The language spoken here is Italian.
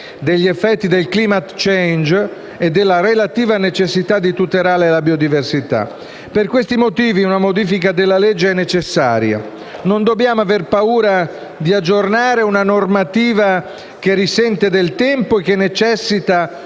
degli effetti del climate change e della relativa ne- cessità di tutelare la biodiversità. Per questi motivi, una modifica della legge è necessaria. Non dobbiamo aver paura di aggiornare una normativa che risente del tempo e che necessita